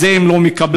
את זה הם לא מקבלים.